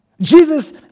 Jesus